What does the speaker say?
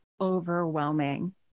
overwhelming